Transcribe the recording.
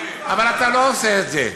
אבל אתה לא עושה את זה.